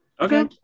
Okay